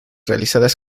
realizadas